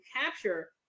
capture